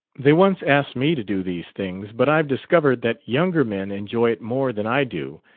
they once asked me to do these things but i've discovered that younger men enjoy it more than i do,